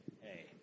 Hey